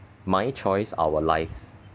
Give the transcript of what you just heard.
my choice our lives